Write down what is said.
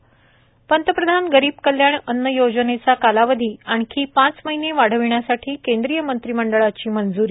त पंतप्रधान गरीब कल्याण अन्न योजनेचा कालावधी आणखी पाच महीने वाढविण्यासाठी केंद्रीय मंत्रीमंडळाची मंजूरी